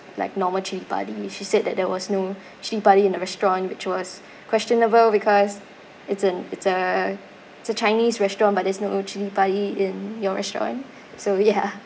like normal chilipadi me she said that there was no chilipadi in the restaurant which was questionable because it's an it's a it's a chinese restaurant but there's no chilipadi in your restaurant so ya